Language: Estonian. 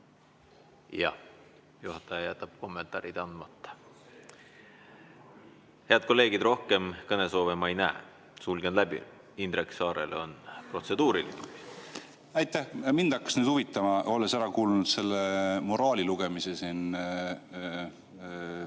Jah. Juhataja jätab kommentaarid andmata. Head kolleegid, rohkem kõnesoove ma ei näe. Sulgen läbi... Indrek Saarel on protseduuriline. Aitäh! Mind hakkas nüüd huvitama, olles ära kuulnud selle moraalilugemise siin